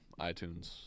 iTunes